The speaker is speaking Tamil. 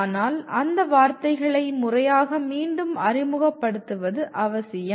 ஆனால் அந்த வார்த்தைகளை முறையாக மீண்டும் அறிமுகப்படுத்துவது அவசியம்